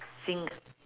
single